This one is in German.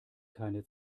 keine